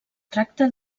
tracta